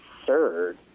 absurd